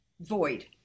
void